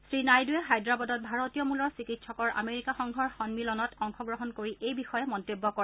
শ্ৰী নাইডুৱে হায়দৰাবাদত ভাৰতীয় মূলৰ চিকিৎসকৰ আমেৰিকা সংঘৰ সন্মিলনত অংশগ্ৰহণ কৰি এই বিষয়ে মন্তব্য কৰে